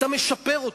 אתה משפר אותו.